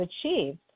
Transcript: achieved